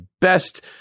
best